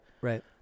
Right